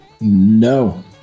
no